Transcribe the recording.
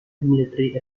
military